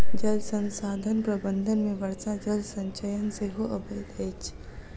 जल संसाधन प्रबंधन मे वर्षा जल संचयन सेहो अबैत अछि